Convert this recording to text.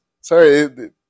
Sorry